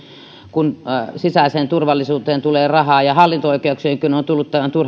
kun sisäiseen turvallisuuteen tulee rahaa ja hallinto oikeuksiinkin on on tullut tämän